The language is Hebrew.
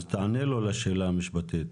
אז תענה לו לשאלה המשפטית.